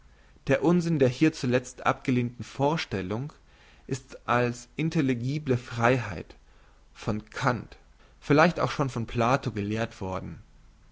der unsinn der hier zuletzt abgelehnten vorstellung ist als intelligible freiheit von kant vielleicht auch schon von plato gelehrt worden